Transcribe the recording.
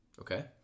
Okay